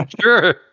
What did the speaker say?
sure